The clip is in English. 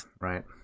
right